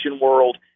world